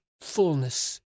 fullness